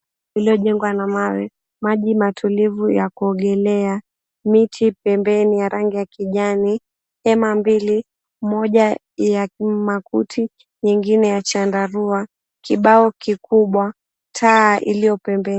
Iliyojengwa na mawe maji matulivu ya kuogelea, miti pembeni ya rangi ya kijani, hema mbili, moja ya makuti, nyingine ya chandarua, kibao kikubwa, taa iliyopembeni.